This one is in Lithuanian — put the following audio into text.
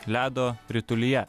ledo ritulyje